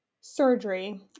surgery